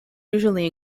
usually